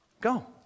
Go